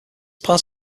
part